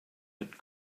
had